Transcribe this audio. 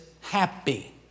happy